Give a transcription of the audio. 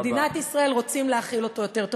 ומדינת ישראל רוצות להכיל אותו יותר.